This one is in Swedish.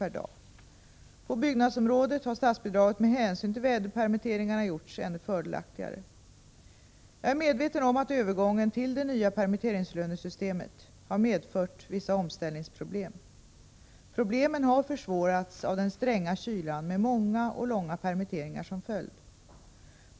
per dag. På byggnadsområdet har statsbidraget med hänsyn till väderpermitteringarna gjorts ännu fördelaktigare. Jag är medveten om att övergången till det nya permitteringslönesystemet har medfört vissa omställningsproblem. Problemen har försvårats av den stränga kylan med många och långa permitteringar som följd.